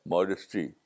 Modesty